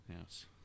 Yes